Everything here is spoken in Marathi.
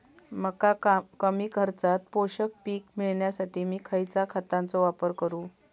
मका कमी खर्चात पोषक पीक मिळण्यासाठी मी खैयच्या खतांचो वापर करू?